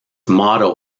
motto